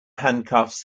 handcuffs